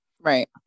right